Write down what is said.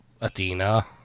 Athena